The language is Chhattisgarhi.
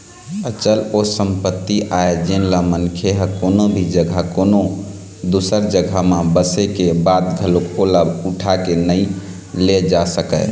अचल ओ संपत्ति आय जेनला मनखे ह कोनो भी जघा कोनो दूसर जघा म बसे के बाद घलोक ओला उठा के नइ ले जा सकय